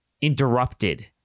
interrupted